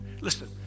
Listen